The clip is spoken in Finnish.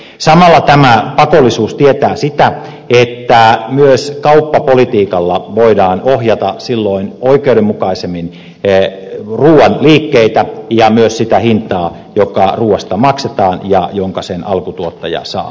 samalla tämä pakollisuus tietää sitä että myös kauppapolitiikalla voidaan silloin ohjata oikeudenmukaisemmin ruuan liikkeitä ja myös sitä hintaa joka ruuasta maksetaan ja jonka sen alkutuottaja saa